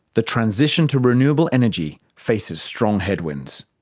the transition to renewable energy faces strong headwinds.